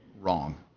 wrong